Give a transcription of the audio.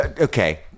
Okay